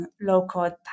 low-code